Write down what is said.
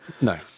No